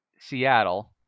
Seattle